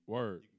Word